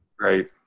right